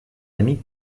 amie